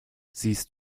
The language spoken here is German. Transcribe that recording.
siehst